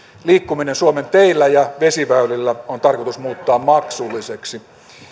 liikkuminen suomen teillä ja vesiväylillä on tarkoitus muuttaa maksulliseksi